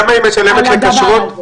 כמה היא משלמת לכשרות בשנה?